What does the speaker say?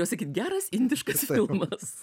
norėjau sakyt geras indiškas filmas